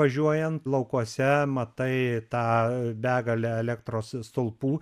važiuojant laukuose matai tą begalę elektros stulpų